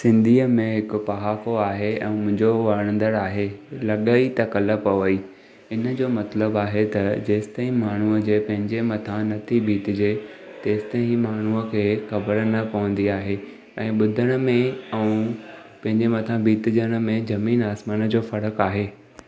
सिंधीअ में हिकु पहाको आहे ऐं मुंहिंजो वणंदड़ु आहे लॻई त कल पवई इन जो मतिलबु आहे त जेसिताईं माण्हूअ जे पंहिंजे मथां नथी बीतजे तेसिताईं माण्हूअ खे ख़बरु न पवंदी आहे ऐं ॿुधण में ऐं पंहिंजे मथां बीतजण में ज़मीन आसमान जो फ़रक़ु आहे